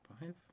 five